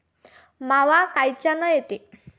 मावा कायच्यानं येते?